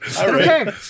Okay